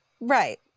right